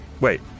Wait